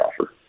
offer